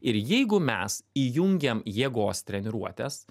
ir jeigu mes įjungiam jėgos treniruotes